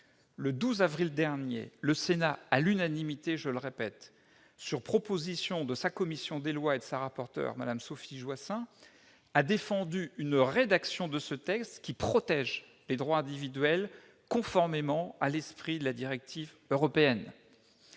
Le 12 avril dernier, le Sénat, à l'unanimité, je le répète, sur proposition de sa commission des lois et de sa rapporteur, Mme Sophie Joissains, a défendu une rédaction de ce texte qui protège les droits individuels, conformément à l'esprit de la directive européenne.